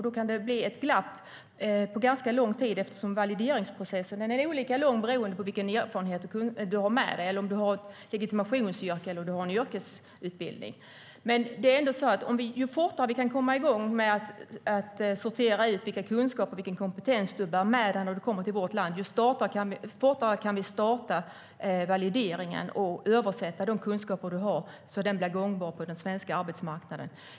Då kan det bli ett glapp på ganska lång tid eftersom valideringsprocessen är olika lång beroende på vilken erfarenhet man har med sig, om man har ett legitimationsyrke eller en yrkesutbildning. Ju fortare vi kan komma i gång med att sortera ut vilka kunskaper och vilken kompetens man bär med sig när man kommer till vårt land, desto fortare kan vi starta valideringen och översätta de kunskaper man har så att de blir gångbara på den svenska arbetsmarknaden.